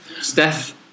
Steph